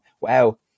wow